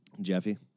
Jeffy